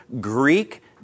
Greek